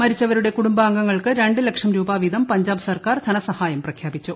മരിച്ചവരുടെ കുടുംബാംഗങ്ങൾക്ക് രണ്ട് ലക്ഷം രൂപ വീതം പഞ്ചാബ് സർക്കാർ ധനസഹായം പ്രഖ്യാപിച്ചു